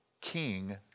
King